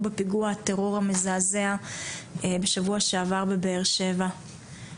בפיגוע הטרור המזעזע בשבוע שעבר בבאר שבע.